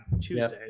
Tuesday